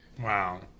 Wow